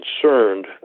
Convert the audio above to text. concerned